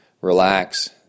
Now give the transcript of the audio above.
relax